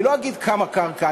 אני לא אגיד כמה קרקע,